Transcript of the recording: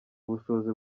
ubushobozi